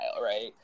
right